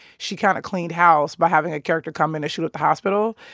she kind of cleaned house by having a character come in to shoot up the hospital.